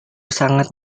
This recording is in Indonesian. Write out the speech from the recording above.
sangat